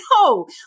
No